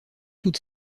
toute